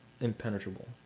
impenetrable